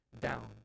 down